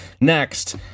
Next